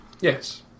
Yes